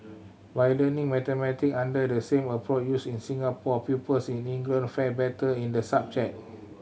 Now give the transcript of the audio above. by learning mathematics under the same approach used in Singapore pupils in England fared better in the subject